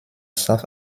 south